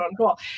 Cool